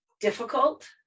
difficult